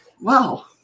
Wow